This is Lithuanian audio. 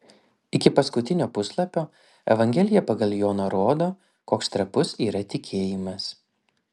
iki paskutinio puslapio evangelija pagal joną rodo koks trapus yra tikėjimas